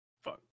fuck